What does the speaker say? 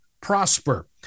prosper